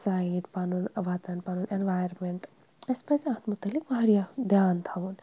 site پَنُن وَطن پَنُن اٮ۪نوارمٮ۪نٛٹ اَسہِ پَزِ اَتھ مُتعلِق واریاہ دیان تھاوُن